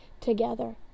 together